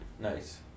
Nice